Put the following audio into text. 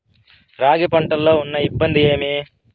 రాగి పంటలో ఉన్న ఇబ్బంది ఏమి?